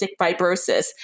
fibrosis